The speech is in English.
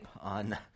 on